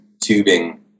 tubing